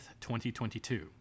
2022